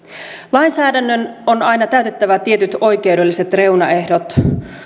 lainsäädännön on aina täytettävä tietyt oikeudelliset reunaehdot